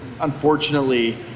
unfortunately